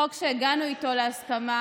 חוק שהגענו בו להסכמה